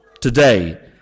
today